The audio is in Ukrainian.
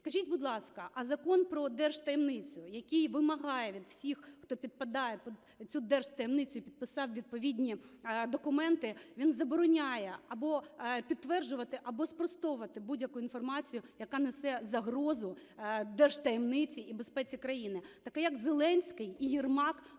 Скажіть, будь ласка, а Закон про держтаємницю, який вимагає від всіх, хто підпадає під цю держтаємницю і підписав відповідні документи, він забороняє або підтверджувати, або спростовувати будь-яку інформацію, яка несе загрозу держтаємниці і безпеці країни. Так а як Зеленський і Єрмак